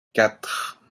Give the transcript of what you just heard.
quatre